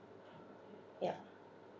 yeah